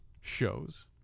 shows